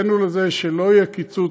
והבאנו לזה שלא יהיה קיצוץ,